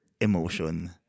emotion